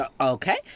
Okay